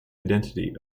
identity